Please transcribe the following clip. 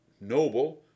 noble